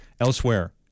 Elsewhere